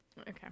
okay